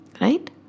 Right